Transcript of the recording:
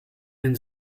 den